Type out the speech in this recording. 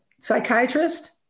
psychiatrist